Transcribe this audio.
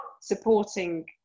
supporting